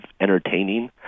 entertaining